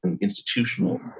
institutional